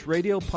Radio